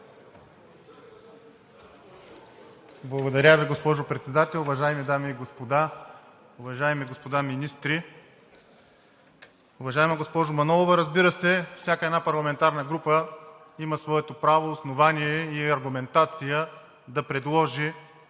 Благодаря Ви. Госпожо Председател, уважаеми дами и господа, уважаеми господа министри! Уважаема госпожо Манолова! Разбира се, всяка една парламентарна група има своето право, основание и аргументация да предложи